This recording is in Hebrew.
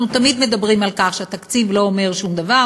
אנחנו תמיד מדברים על כך שהתקציב לא אומר שום דבר,